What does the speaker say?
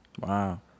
Wow